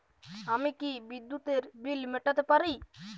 আমি কি বিদ্যুতের বিল মেটাতে পারি?